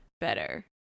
better